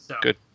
Good